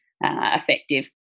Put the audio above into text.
effective